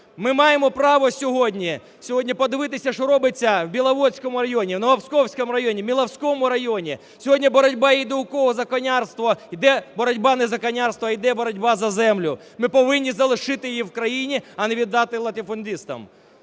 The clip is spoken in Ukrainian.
Ми маємо право сьогодні подивитися, що робиться в Біловодському районі, в Новопсковському районі, Міловському районі. Сьогодні боротьба йде у кого за конярство, йде боротьба не за конярство, йде боротьба за землю. Ми повинні залишити її в країні, а не віддати латифундистам.